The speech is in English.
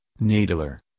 nadler